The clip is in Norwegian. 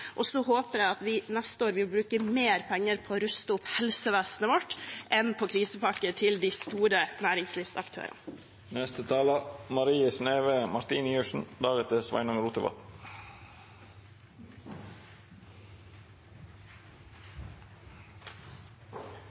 Og så håper jeg at vi neste år vil bruke mer penger på å ruste opp helsevesenet vårt enn på krisepakker til de store